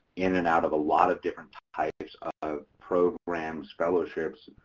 in and out of a lot of different types of programs, fellowships,